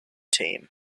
team